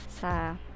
sa